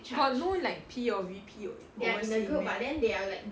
but no like P or V_P overseeing meh